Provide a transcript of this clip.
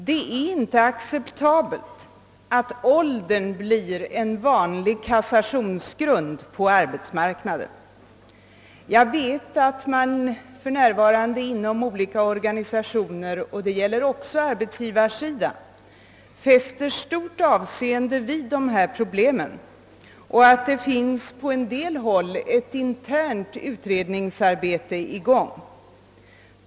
Det är inte acceptabelt att åldern blir en vanlig kassationsgrund på arbetsmarknaden. Jag vet att man för närvarande inom olika organisationer — också på arbetsgivarsidan — fäster stort avseende vid dessa problem och att det på en del håll pågår ett internt utredningsarbete.